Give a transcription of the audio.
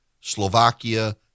Slovakia